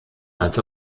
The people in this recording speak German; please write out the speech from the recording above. als